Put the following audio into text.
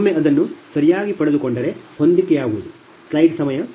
ಒಮ್ಮೆ ನೀವು ಅದನ್ನು ಸರಿಯಾಗಿ ಪಡೆದುಕೊಂಡರೆ ಹೊಂದಿಕೆಯಾಗುವುದು